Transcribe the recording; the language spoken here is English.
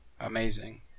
amazing